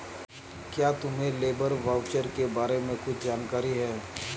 क्या तुम्हें labour voucher के बारे में कुछ जानकारी है?